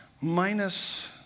minus